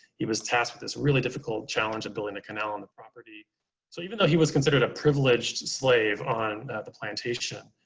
he was tasked with this really difficult challenge of building a canal on the property. so even though he was considered a privileged slave on the plantation,